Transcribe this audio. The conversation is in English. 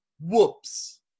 whoops